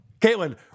Caitlin